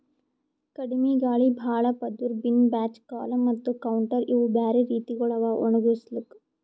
ಕಡಿಮಿ ಗಾಳಿ, ಭಾಳ ಪದುರ್, ಬಿನ್ ಬ್ಯಾಚ್, ಕಾಲಮ್ ಮತ್ತ ಕೌಂಟರ್ ಇವು ಬ್ಯಾರೆ ರೀತಿಗೊಳ್ ಅವಾ ಒಣುಗುಸ್ಲುಕ್